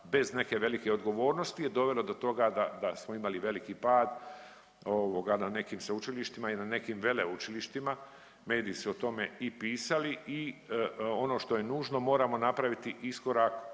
bez neke velike odgovornosti je dovelo do toga da, da smo imali veliki pad ovoga na nekim sveučilištima i na nekim veleučilištima, mediji su o tome i pisali i ono što je nužno moramo napraviti iskorak